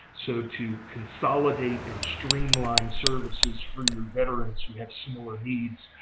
so to consolidate and streamline services for your veterans who have similar needs,